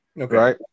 Okay